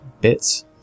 bits